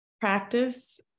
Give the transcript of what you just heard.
practice